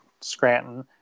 Scranton